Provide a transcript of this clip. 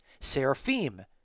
Seraphim